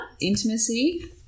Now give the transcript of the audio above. intimacy